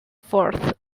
fourth